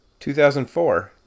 2004